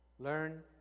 Learn